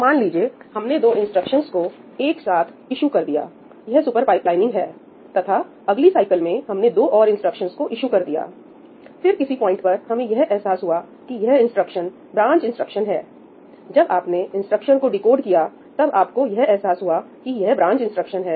तो मान लीजिए हमने दो इंस्ट्रक्शंस को एक साथ ईशु कर दिया यह सुपर पाइपलाइनिंग है तथा अगली साइकिल में हमने दो और इंस्ट्रक्शंस को ईशु कर दिया फिर किसी पॉइंट पर हमें यह एहसास हुआ कि यह इंस्ट्रक्शन ब्रांच इंस्ट्रक्शन है जब आपने इंस्ट्रक्शन को डीकोड किया तब आपको यह एहसास हुआ कि यह ब्रांच इंस्ट्रक्शन है